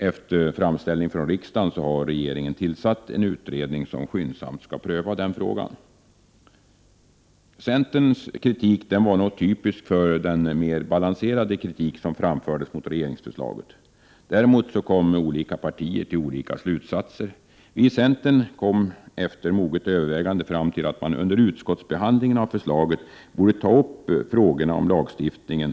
Efter framställning från riksdagen har regeringen tillsatt en utredning, som skyndsamt skall pröva frågan. Centerns kritik var nog typisk för den mer balanserade kritik som framfördes mot regeringsförslaget. Däremot kom olika partier till olika slutsatser. Vi i centern kom efter moget övervägande fram till att man under utskottsbehandlingen av förslaget borde ta upp frågorna om lagstiftningen.